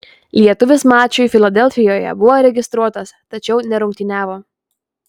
lietuvis mačui filadelfijoje buvo registruotas tačiau nerungtyniavo